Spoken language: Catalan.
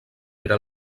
era